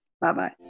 bye-bye